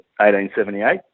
1878